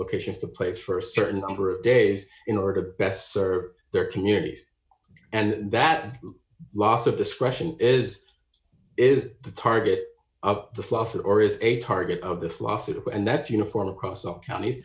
locations to place for a certain number of days in order to best serve their communities and that loss of this question is is the target up the loss or is a target of this lawsuit and that's uniform across the county